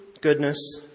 goodness